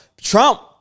Trump